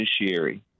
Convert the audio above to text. judiciary